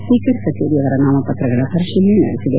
speaker ಕಚೇರಿ ಅವರ ನಾಮಪತ್ರಗಳ ಪರಿಶೀಲನೆ ನಡೆಸಿದೆ